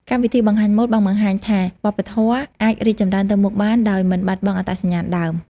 កម្មវិធីបង្ហាញម៉ូដបានបង្ហាញថាវប្បធម៌អាចរីកចម្រើនទៅមុខបានដោយមិនបាត់បង់អត្តសញ្ញាណដើម។